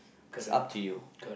is up to you